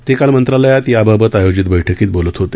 ते काल मंत्रालयात याबाबत आयोजित बै कीत बोलत होते